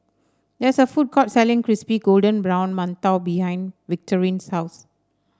there is a food court selling Crispy Golden Brown Mantou behind Victorine's house